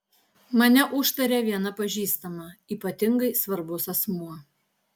mane užtarė viena pažįstama ypatingai svarbus asmuo